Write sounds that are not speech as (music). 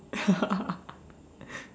(laughs)